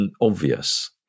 obvious